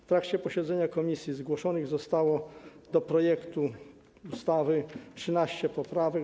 W trakcie posiedzenia komisji zgłoszonych zostało do projektu ustawy 13 poprawek.